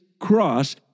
cross